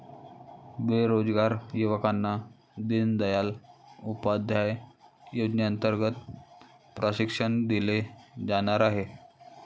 बेरोजगार युवकांना दीनदयाल उपाध्याय योजनेअंतर्गत प्रशिक्षण दिले जाणार आहे